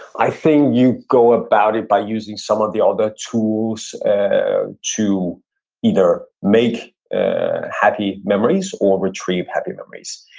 i think you go about it by using some of the other ah and tools ah to either make ah happy memories or retrieve happy memories.